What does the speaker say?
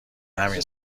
همین